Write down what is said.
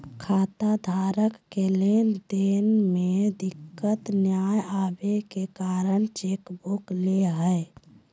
खाताधारक के लेन देन में दिक्कत नयय अबे के कारण चेकबुक ले हइ